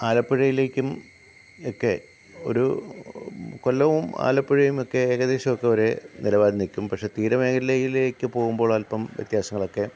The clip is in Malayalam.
ആലപ്പുഴയിലേക്കും എക്കെ ഒരു കൊല്ലവും ആലപ്പുഴയും എക്കെ ഏകദേശമൊക്കെ ഒരേ നിലവാരം നിൽക്കും പക്ഷേ തീര മേഖലയിലേക്ക് പോവുമ്പോളല്പം വ്യത്യാസങ്ങളൊക്കെ